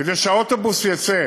כדי שהאוטובוס יצא